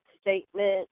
statement